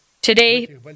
Today